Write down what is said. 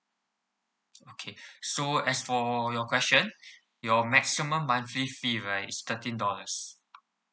okay so as for your question your maximum monthly fees right is thirteen dollars